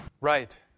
Right